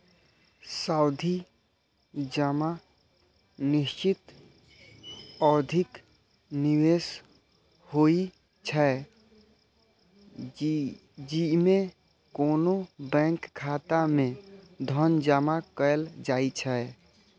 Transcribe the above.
सावधि जमा निश्चित अवधिक निवेश होइ छै, जेइमे कोनो बैंक खाता मे धन जमा कैल जाइ छै